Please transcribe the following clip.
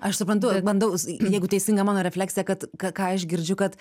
aš suprantu bandau s jeigu teisinga mano refleksija kad ką ką aš girdžiu kad